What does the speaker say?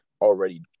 already